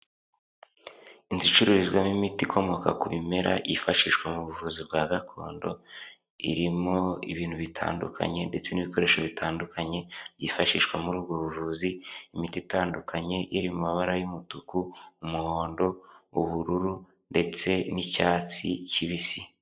Inzu icururizwamo imiti ikomoka ku bimera yifashishwa mu buvuzi bwa gakondo, irimo ibintu bitandukanye ndetse n'ibikoresho bitandukanye byifashishwa muri ubwo buvuzi, imiti itandukanye iri mu mabara y'umutuku, umuhondo, ubururu ndetse n'icyatsi kibisi.